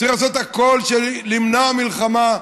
צריך לעשות הכול למנוע מלחמה.